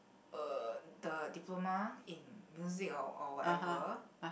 uh the diploma in music or or whatever